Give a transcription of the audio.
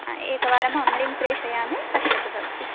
हा एकवारमहं लिङ्क् प्रेषयामि पश्यतु भवती